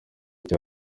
cya